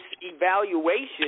evaluation